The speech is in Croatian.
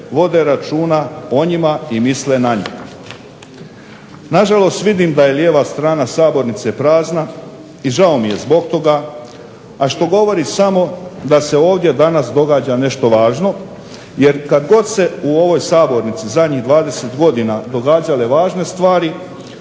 vode računa o njima i misle na njih. Na žalost vidim da je lijeva strana sabornice prazna i žao mi je zbog toga, a što govori samo da se ovdje danas događa nešto važno, jer kad god su se u ovoj sabornici zadnjih 20 godina događale važne stvari